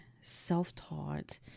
self-taught